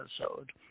episode